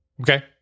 Okay